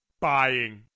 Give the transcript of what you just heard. buying